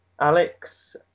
Alex